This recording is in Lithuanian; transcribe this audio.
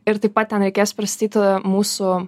ir taip pat ten reikės pristatyt mūsų